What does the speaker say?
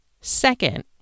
Second